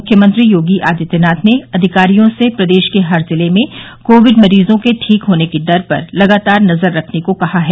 मुख्यमंत्री योगी आदित्यनाथ ने अधिकारियों से प्रदेश के हर जिले में कोविड मरीजों के ठीक होने की दर पर लगातार नजर रखने को कहा है